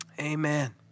Amen